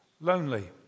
lonely